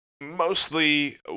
mostly